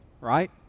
right